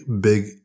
big